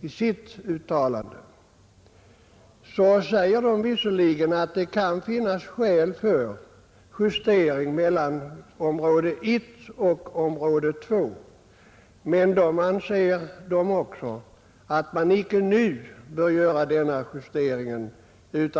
i sitt svar, skall vi finna att de visserligen säger att det kan finnas skäl för en justering mellan områdena I och II men att den inte bör göras nu.